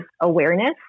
awareness